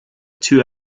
two